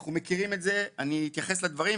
ואנחנו מכירים את זה, ואנחנו נתייחס לדברים.